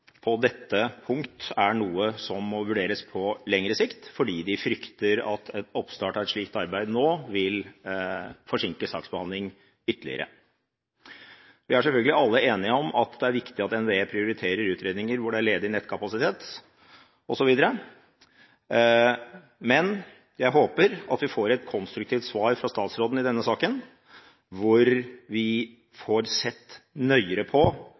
på dette punkt er noe som må vurderes på lengre sikt, fordi de frykter at en oppstart av et slikt arbeid nå vil forsinke saksbehandling ytterligere. Vi er selvfølgelig alle enige om at det er viktig at NVE prioriterer utredninger hvor det er ledig nettkapasitet, osv., men jeg håper at vi får et konstruktivt svar fra statsråden i denne saken, hvor vi får sett nøyere på